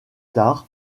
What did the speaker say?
tard